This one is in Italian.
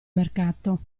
mercato